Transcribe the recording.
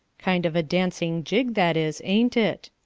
kind of a dancing jig that is, ain't it?